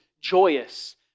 joyous